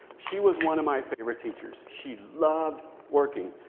she was one of my favorite teachers. she loved working.